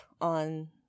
on